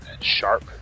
sharp